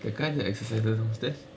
the guy that exercising downstairs